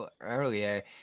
earlier